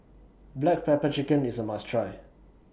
Black Pepper Chicken IS A must Try